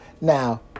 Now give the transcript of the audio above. Now